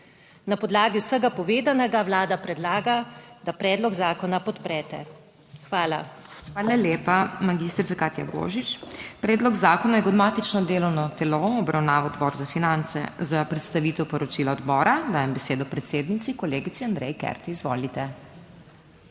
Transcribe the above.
Na podlagi vsega povedanega Vlada predlaga, da predlog zakona podprete. Hvala. **PODPREDSEDNICA MAG. MEIRA HOT:** Hvala lepa, magistrica Katja Božič. Predlog zakona je kot matično delovno telo obravnaval Odbor za finance. Za predstavitev poročila odbora dajem besedo predsednici, kolegici Andreji Kert. Izvolite.